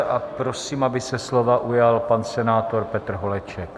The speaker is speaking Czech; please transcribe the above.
A prosím, aby se slova ujal pan senátor Petr Holeček.